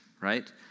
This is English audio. right